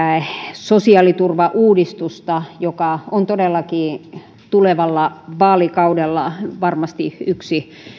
sosiaaliturvauudistusta joka on todellakin tulevalla vaalikaudella varmasti yksi